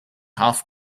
half